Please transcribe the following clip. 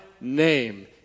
name